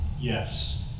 Yes